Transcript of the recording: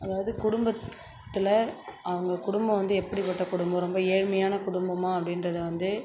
அதாவது குடும்பத்தில் அவங்க குடும்பம் வந்து எப்படிப்பட்ட குடும்பம் ரொம்ப ஏழ்மையான குடும்பமா அப்படின்றதை வந்து